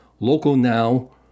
LocalNow